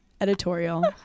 editorial